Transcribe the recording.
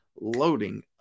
loading